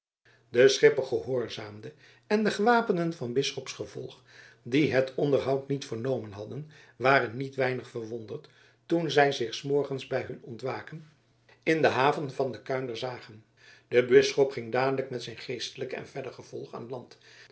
de schipper gehoorzaamde en de gewapenden van s bisschops gevolg die het onderhoud niet vernomen hadden waren niet weinig verwonderd toen zij zich s morgens bij hun ontwaken in de haven van de kuinder zagen de bisschop ging dadelijk met zijn geestelijken en verder gevolg aan land